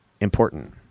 important